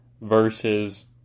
versus